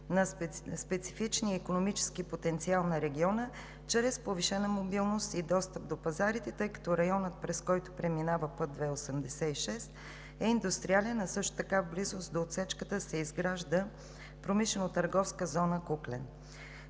на специфичния икономически потенциал на региона чрез повишена мобилност и достъп до пазарите, тъй като районът, през който преминава път II-86, е индустриален, а също така в близост до отсечката се изгражда промишлено-търговска зона „Куклен“.